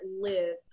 live